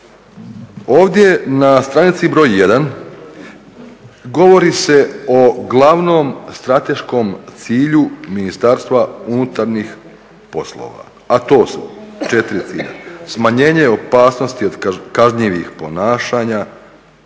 Ovdje na stranici broj 1 govori se o glavnom strateškom cilju MUP-a, a to su 4 cilja, smanjenje od opasnosti od kažnjivih ponašanja,